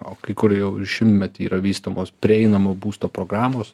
o kai kur jau ir šimtmetį yra vystomos prieinamo būsto programos